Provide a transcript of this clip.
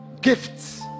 gifts